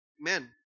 Amen